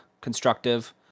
constructive